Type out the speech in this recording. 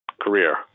career